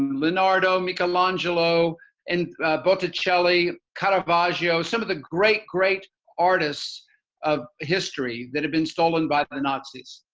leonardo, michelangelo and botticelli, caravaggio, some of the great, great artists of history that had been stolen by the nazis.